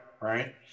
Right